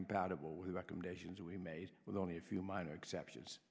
compatible with recommendations that we made with only a few minor exceptions